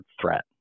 threat